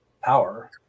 power